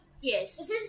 Yes